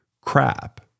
crap